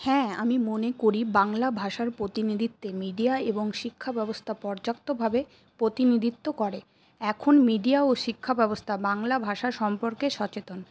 হ্যাঁ আমি মনে করি বাংলা ভাষার প্রতিনিধিত্বে মিডিয়া এবং শিক্ষা ব্যবস্থা পর্যাপ্তভাবে প্রতিনিধিত্ব করে এখন মিডিয়া ও শিক্ষা ব্যবস্থা বাংলা ভাষা সম্পর্কে সচেতন